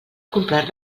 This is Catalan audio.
comprar